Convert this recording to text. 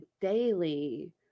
daily